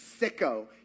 sicko